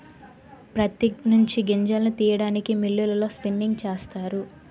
ప్రత్తి నుంచి గింజలను తీయడానికి మిల్లులలో స్పిన్నింగ్ చేస్తారు